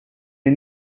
les